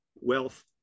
wealth